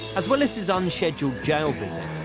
as well as his unscheduled jail visit,